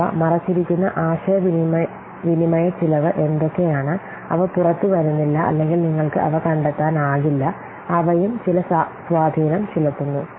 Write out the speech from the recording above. അവ മറച്ചിരിക്കുന്ന ആശയവിനിമയ ചെലവ് എന്തൊക്കെയാണ് അവ പുറത്തുവരുന്നില്ല അല്ലെങ്കിൽ നിങ്ങൾക്ക് അവ കണ്ടെത്താനാകില്ല അവയും ചില സ്വാധീനം ചിലത്തുന്നു